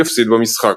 יפסיד במשחק,